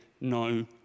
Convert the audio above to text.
no